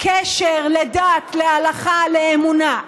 קשר לדת, להלכה, לאמונה.